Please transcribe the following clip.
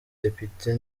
depite